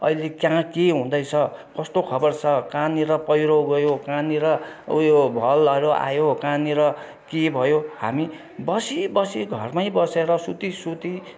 अहिले कहाँ के हुँदैछ कस्तो खबर छ कहाँनेर पहिरो गयो कहाँनेर ऊ यो भलहरू आयो कहाँनेर के भयो हामी बसी बसी घरमै बसेर सुती सुती त्यो